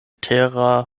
tera